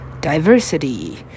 Diversity